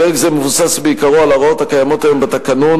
פרק זה מבוסס בעיקרו על ההוראות הקיימות היום בתקנון,